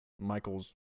Michael's